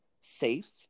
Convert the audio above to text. safe